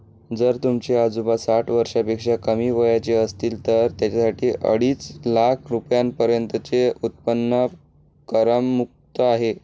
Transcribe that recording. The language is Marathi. जर तुमचे आजोबा साठ वर्षापेक्षा कमी वयाचे असतील तर त्यांच्यासाठी अडीच लाख रुपयांपर्यंतचे उत्पन्न करमुक्त आहे